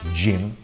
gym